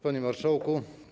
Panie Marszałku!